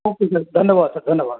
okay sir धन्यवाद sir धन्यवाद